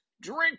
drink